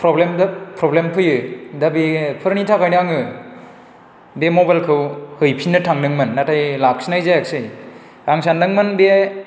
प्रब्लेमबो problem फैयो दा बेफोरनि थाखायनो आङो बे मबाइलखौ हैफिननो थांदोंमोन नाथाय लाखिनाय जायासै आं सानदोंमोन बियो